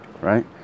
right